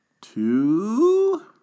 Two